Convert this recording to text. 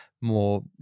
more